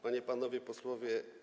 Panie i Panowie Posłowie!